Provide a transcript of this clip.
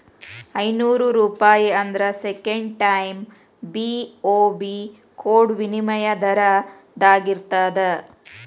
ಐನೂರೂಪಾಯಿ ಆದ್ರ second time BOB ಕೊಡೋ ವಿನಿಮಯ ದರದಾಗಿರ್ತದ